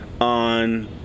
On